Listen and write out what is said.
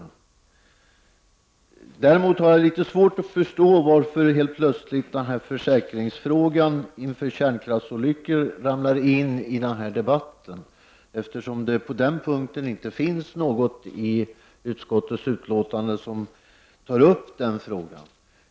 Däremot har jag litet svårt att förstå varför frågan om försäkring inför kärnkraftsolyckor plötsligt kommer upp i denna debatt, eftersom den frågan inte alls tas upp i utskottets betänkande.